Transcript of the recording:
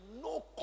no